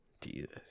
Jesus